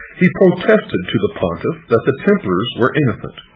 he protested to the pontiff that the templars were innocent.